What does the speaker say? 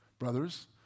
brothers